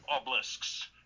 obelisks